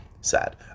sad